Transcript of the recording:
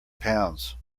pounds